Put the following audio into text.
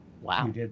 Wow